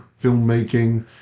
filmmaking